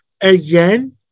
Again